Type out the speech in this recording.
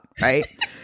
right